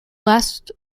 last